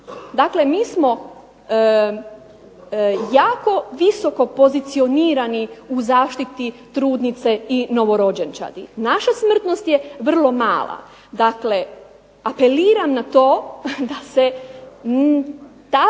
Dakle, mi smo jako visoko pozicionirani u zaštiti trudnice i novorođenčadi, naša smrtnost je vrlo mala. Dakle apeliram na to da se ta činjenica